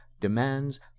demands